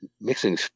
mixing